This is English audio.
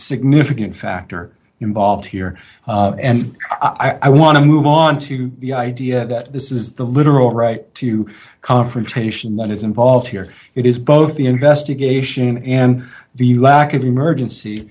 significant factor involved here and i want to move on to the idea that this is the literal right to confrontation that is involved here it is both the investigation and the lack of emergency